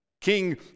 King